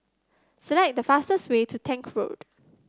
select the fastest way to Tank Road